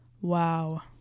Wow